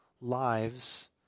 lives